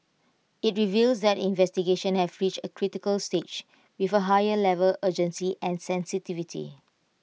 IT reveals that the investigations have reached A critical stage with A higher level urgency and sensitivity